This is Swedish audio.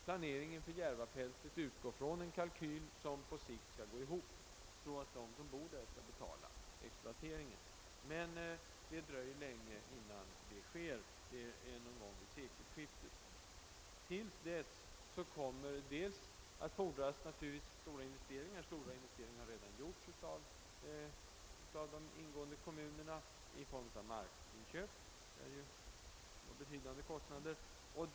Planeringen för Järvafältet utgår från en kalkyl som på sikt skall gå ihop, så att de som bor där skall betala exploateringen. Men det dröjer länge innan det sker — det blir någon gång vid sekelskiftet. Till dess kommer det naturligtvis att fordras stora investeringar. Investeringar har redan gjorts av de berörda kommunerna i form av markinköp som inte var alltför billigt.